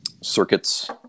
circuits